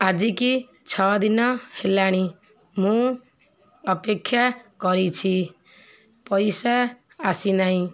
ଆଜିକି ଛଅ ଦିନ ହେଲାଣି ମୁଁ ଅପେକ୍ଷା କରିଛି ପଇସା ଆସିନାହିଁ